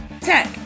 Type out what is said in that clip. tech